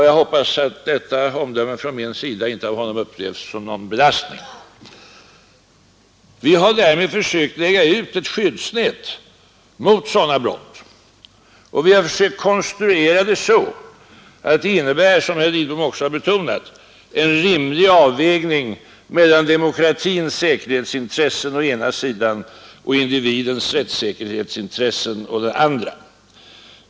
Jag hoppas att detta omdöme från min sida inte av honom upplevs som någon belastning. Vi har därmed försökt lägga ut ett skyddsnät mot sådana brott, och vi har försökt konstruera det så att det innebär, som herr Lidbom också har betonat, en rimlig avvägning mellan demokratins säkerhetsintressen å ena sidan och individens äkerhetsintressen å den andra.